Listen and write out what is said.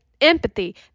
empathy